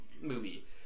movie